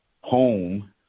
home